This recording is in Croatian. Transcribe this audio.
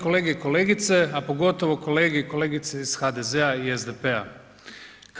kolege i kolegice a pogotovo kolege i kolegice iz HDZ-a i SDP-a.